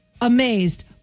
Amazed